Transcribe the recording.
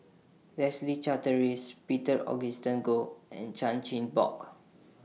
Leslie Charteris Peter Augustine Goh and Chan Chin Bock